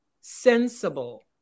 sensible